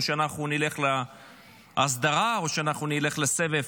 או שאנחנו נלך להסדרה או שאנחנו נלך לסבב